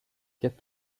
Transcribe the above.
get